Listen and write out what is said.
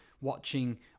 watching